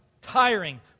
tiring